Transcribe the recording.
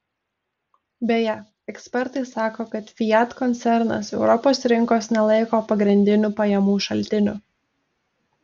beje ekspertai sako kad fiat koncernas europos rinkos nelaiko pagrindiniu pajamų šaltiniu